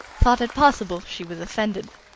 thought it possible she was offended.